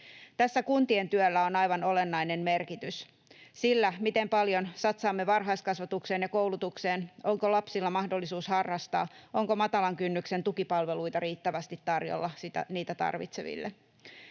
Tässä kuntien työllä on aivan olennainen merkitys — sillä, miten paljon satsaamme varhaiskasvatukseen ja koulutukseen, onko lapsilla mahdollisuus harrastaa ja onko matalan kynnyksen tukipalveluita riittävästi tarjolla niitä tarvitseville.